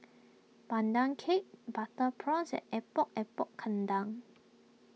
Pandan Cake Butter Prawns and Epok Epok Kentang